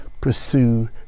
pursue